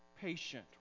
Patient